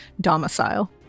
domicile